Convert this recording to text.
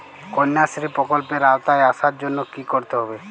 কন্যাশ্রী প্রকল্পের আওতায় আসার জন্য কী করতে হবে?